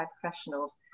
professionals